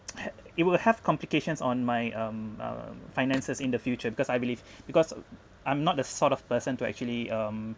it will have complications on my um um finances in the future because I believe because I'm not the sort of person to actually um